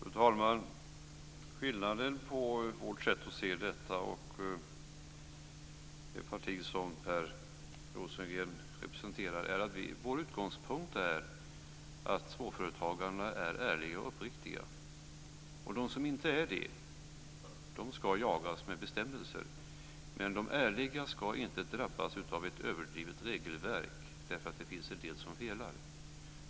Fru talman! Skillnaden mellan vårt sätt att se detta och det parti som Per Rosengren representerar och dess synsätt är att vår utgångspunkt är att småföretagarna är ärliga och uppriktiga. De som inte är det ska jagas med bestämmelser. Men de ärliga ska inte drabbas av ett överdrivet regelverk därför att det finns en del som felar.